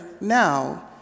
now